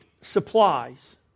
supplies